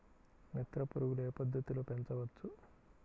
మిత్ర పురుగులు ఏ పద్దతిలో పెంచవచ్చు?